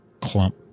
clump